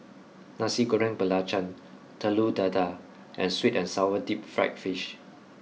nasi goreng belacan telur dadah and sweet and sour deep fried fish